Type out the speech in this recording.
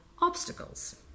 obstacles